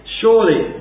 surely